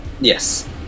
Yes